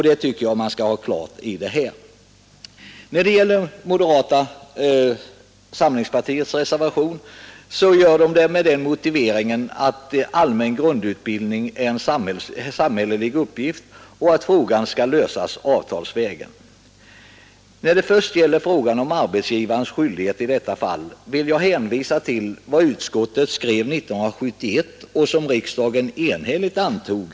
Det tycker jag man skall ha klart för sig. Moderata samlingspartiets representanter i utskottet har reserverat sig med den motiveringen att allmän grundutbildning är en samhällelig uppgift och att frågan skall lösas avtalsvägen. Vad först beträffar frågan om arbetsgivarens skyldigheter i detta fall vill jag hänvisa till vad utskottet skrev 1971 — ett uttalande som riksdagen enhälligt antog.